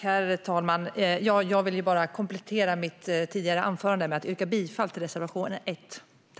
Herr talman! Jag vill bara komplettera mitt tidigare anförande med att yrka bifall till reservation 1.